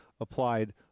applied